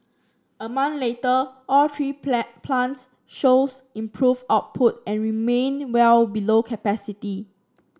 a month later all three plant plants shows improve output and remained well below capacity